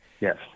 Yes